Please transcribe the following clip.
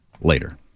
later